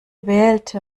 wählte